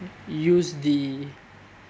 use the